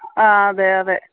ആ അതെ അതെ